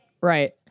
Right